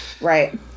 Right